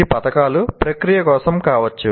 ఈ పతకాలు ప్రక్రియ కోసం కావచ్చు